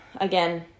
again